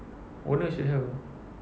owner should have apa